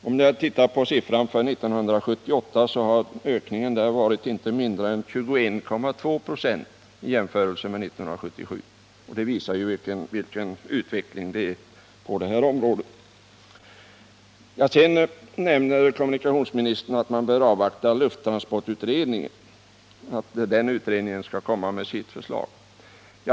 För 1978 har ökningen varit inte mindre än 21,2 96 i jämförelse med 1977 års siffror. Det visar ju vilken utveckling vi har på detta område. Sedan säger kommunikationsministern att man bör avvakta lufttransportutredningens förslag.